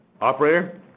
Operator